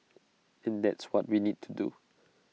and that's what we need to do